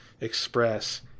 express